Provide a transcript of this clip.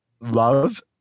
love